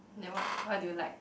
then what what do you like